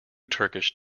turkish